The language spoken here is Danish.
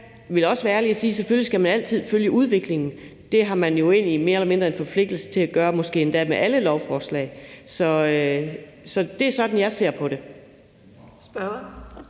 Jeg vil også være ærlig og sige, at man selvfølgelig altid skal følge udviklingen. Det har man jo egentlig mere eller mindre en forpligtelse til at gøre med måske endda alle lovforslag. Så det er sådan, jeg ser på det.